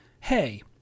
Hey